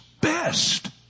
best